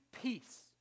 peace